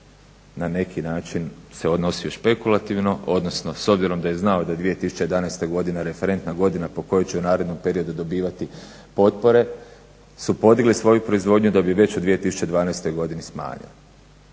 na neki način se odnosio špekulativno, odnosno s obzirom da je znao da je 2011. godina referentna godina po kojoj će u narednom periodu dobivati potpore, su podigli svoju proizvodnju, da bi je već u 2012. godini smanjili.